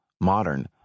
modern